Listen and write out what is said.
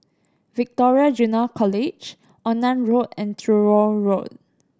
Victoria Junior College Onan Road and Truro Road